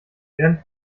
werden